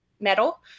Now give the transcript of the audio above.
metal